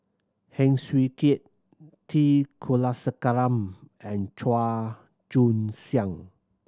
Heng Swee Keat T Kulasekaram and Chua Joon Siang